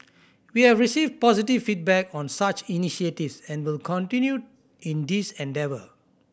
we have received positive feedback on such initiatives and will continue in this endeavour